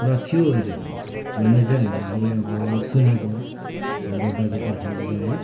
र थियो अरे भन्ने चाहिँ हामीले अब सुनेको हाम्रो बाजे पुर्खाकोबाट